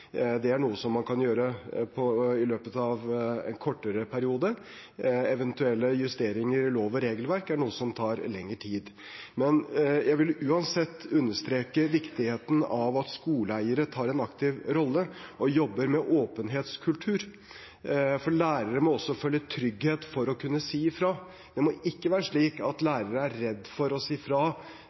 løpet av en kortere periode. Eventuelle justeringer i lov- og regelverk er noe som tar lengre tid. Jeg vil uansett understreke viktigheten av at skoleeiere tar en aktiv rolle og jobber med åpenhetskultur. For lærere må også føle trygghet for å kunne si fra. Det må ikke være slik at lærere er redde for å si fra